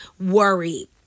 worry